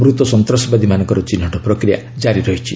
ମୃତ ସନ୍ତାସବାଦୀଙ୍କର ଚିହ୍ନଟ ପ୍ରକ୍ରିୟା ଜାରି ରହିଛି